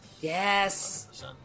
Yes